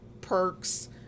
perks